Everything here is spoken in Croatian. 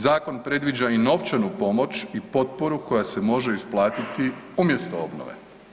Zakon predviđa i novčanu pomoć i potporu koja se može isplatiti umjesto obnove.